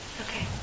Okay